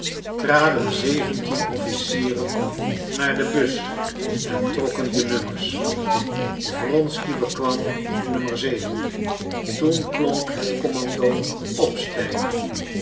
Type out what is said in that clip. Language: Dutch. traden zeventien officieren naar de bus en trokken er de nummers wronsky bekwam nummer toen klonk het commando opstijgen